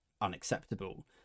unacceptable